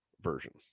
version